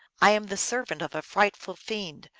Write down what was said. i am the servant of a frightful fiend,